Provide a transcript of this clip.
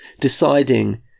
deciding